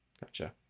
Gotcha